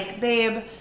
babe